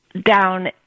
down